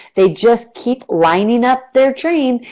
they just keep lining up their trains,